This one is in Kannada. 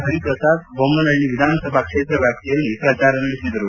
ಪರಿಪ್ರಸಾದ್ ಬೊಮ್ಮನಪಳ್ಳಿ ವಿಧಾನಸಭಾ ಕ್ಷೇತ್ರ ವ್ಯಾಪ್ತಿಯಲ್ಲಿ ಪ್ರಚಾರ ನಡೆಸಿದರು